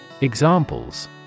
Examples